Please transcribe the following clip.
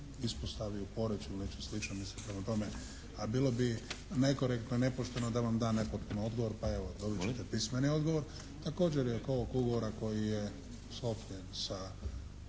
ispostavi u Poreču ili nečem sličnom, prema tome a bilo bi nekorektno i nepošteno da vam dam nepotpun odgovor, pa evo dobit ćete pismeni odgovor. Također i oko ovog ugovora koji je sklopljen sa